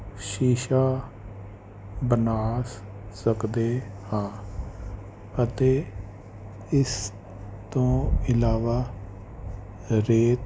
ਸ਼ੀਸ਼ਾ ਬਣਾ ਸਕਦੇ ਹਾਂ ਅਤੇ ਇਸ ਤੋਂ ਇਲਾਵਾ ਰੇਤ